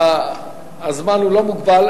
הזמן לא מוגבל,